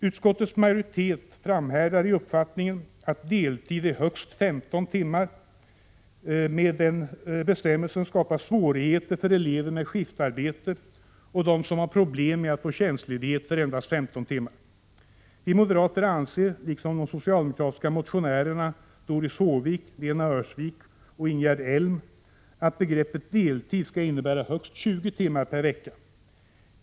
Utskottets majoritet framhärdar i uppfattningen att deltid är högst 15 timmar. Med den bestämmelsen skapas svårigheter för elever med skiftarbete och för dem som har problem med att få tjänstledighet för endast 15 timmar. Vi moderater anser, liksom de socialdemokratiska motionärerna Doris Håvik, Lena Öhrsvik och Ingegerd Elm, att begreppet deltid skall innebära högst 20 timmar per vecka.